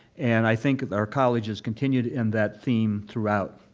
and i think our college has continued in that theme throughout